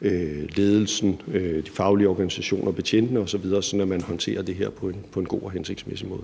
ledelsen, de faglige organisationer, betjentene osv., sådan at man håndterer det her på en god og hensigtsmæssig måde.